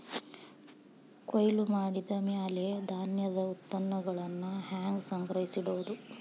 ಕೊಯ್ಲು ಮಾಡಿದ ಮ್ಯಾಲೆ ಧಾನ್ಯದ ಉತ್ಪನ್ನಗಳನ್ನ ಹ್ಯಾಂಗ್ ಸಂಗ್ರಹಿಸಿಡೋದು?